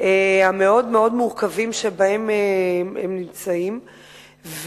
המאוד-מאוד מורכבים שבהם הן נמצאות,